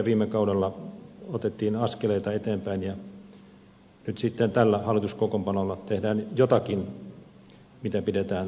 viime kaudella otettiin askeleita eteenpäin ja nyt sitten tällä hallituskokoonpanolla tehdään jotakin mitä pidetään tärkeänä